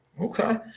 Okay